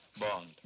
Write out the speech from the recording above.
Bond